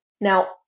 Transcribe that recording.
Now